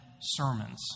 sermons